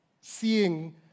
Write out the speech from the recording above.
seeing